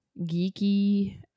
geeky